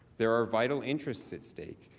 there are vital interests at stake.